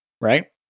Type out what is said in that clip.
right